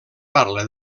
parla